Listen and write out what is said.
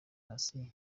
hasi